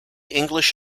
english